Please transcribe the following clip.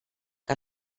que